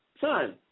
son